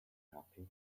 unhappy